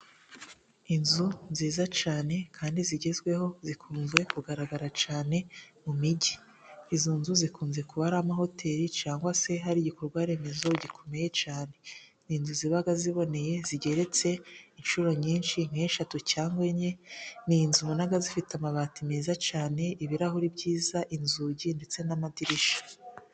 Inzu nziza cyane kandi zigezweho, zikunze kugaragara cyane mu mijyi. Izo nzu zikunze kuba ari amahoteli cyangwa se hari igikorwa remezo gikomeye cyane. Ni inzu ziba ziboneye, zigeretse nk' inshuro nyinshi nk'eshatu cyangwa enye. Ni inzu ubona zifite amabati meza cyane, ibirahuri byiza, inzugi ndetse n'amadirishya.